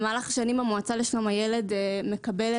במהלך השנים המועצה לשלום הילד מקבלת,